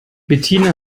bettina